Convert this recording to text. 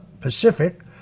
Pacific